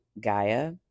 Gaia